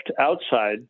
outside